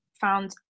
found